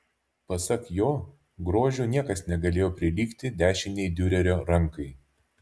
pasak jo grožiu niekas negalėjo prilygti dešinei diurerio rankai